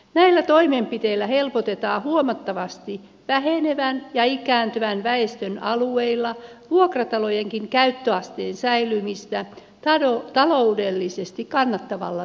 näillä toimenpiteillä helpotetaan huomattavasti vähenevän ja ikääntyvän väestön alueilla vuokratalojenkin käyttöasteen säilymistä taloudellisesti kannattavalla tasolla